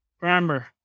remember